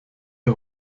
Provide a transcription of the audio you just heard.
ihr